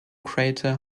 crater